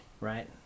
right